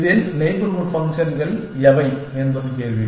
இதில் நெய்பர்ஹூட் ஃபங்க்ஷன்கள் எவை என்பது கேள்வி